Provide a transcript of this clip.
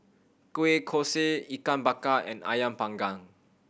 kueh kosui Ikan Bakar and Ayam Panggang